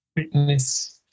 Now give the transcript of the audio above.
fitness